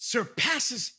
Surpasses